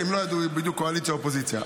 כי הם לא ידעו בדיוק קואליציה ואופוזיציה.